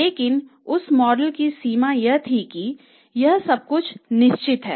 लेकिन उस मॉडल की सीमा यह थी कि यह सब कुछ निश्चित है